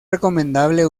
recomendable